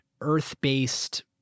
earth-based